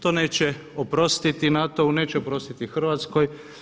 To neće oprostiti NATO-u, neće oprostiti Hrvatskoj.